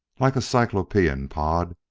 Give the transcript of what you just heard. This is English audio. like a cyclopean pod,